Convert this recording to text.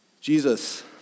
Jesus